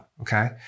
okay